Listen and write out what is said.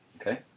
Okay